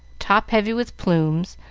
top-heavy with plumes,